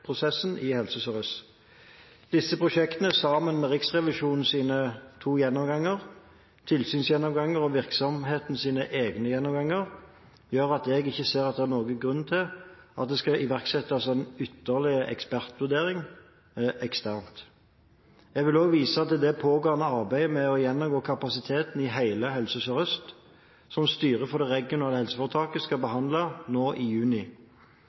i Helse Sør-Øst. Disse prosjektene, sammen med Riksrevisjonens to gjennomganger, tilsynsgjennomganger og virksomhetens egne gjennomganger gjør at jeg ikke ser at det er noen grunn til at det skal iverksettes en ytterligere ekspertvurdering eksternt. Jeg vil også vise til det pågående arbeidet med å gjennomgå kapasiteten i hele Helse Sør-Øst som styret for de regionale helseforetakene skal behandle nå i juni.